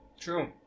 True